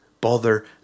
bother